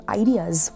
ideas